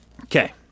Okay